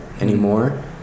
anymore